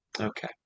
Okay